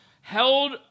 held